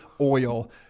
oil